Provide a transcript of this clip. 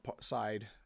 side